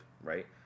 right